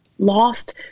lost